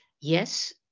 yes